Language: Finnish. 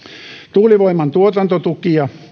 tuulivoiman tuotantotuet